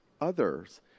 others